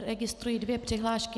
Registruji dvě přihlášky.